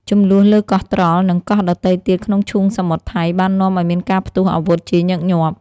ជម្លោះលើកោះត្រល់ និងកោះដទៃទៀតក្នុងឈូងសមុទ្រថៃ បាននាំឱ្យមានការផ្ទុះអាវុធជាញឹកញាប់។